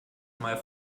mal